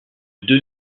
deux